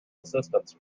assistance